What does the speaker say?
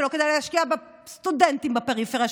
שלא כדאי להשקיע בסטודנטים בפריפריה,